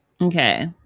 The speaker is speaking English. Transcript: Okay